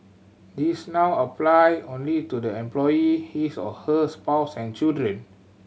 this now apply only to the employee his or her spouse and children